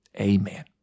Amen